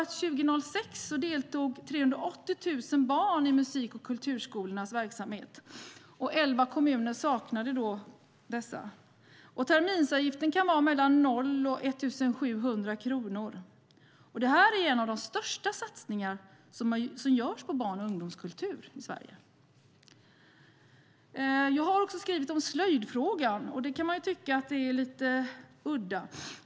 År 2006 deltog 380 000 barn i musik och kulturskolans verksamhet, medan den helt saknades i elva kommuner. Terminsavgiften kan vara mellan 0 och 1 700 kronor. Det är en av de största satsningar som görs på barn och ungdomskultur i Sverige. Jag har också skrivit om slöjdfrågan. Den kan man tycka är lite udda.